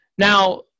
Now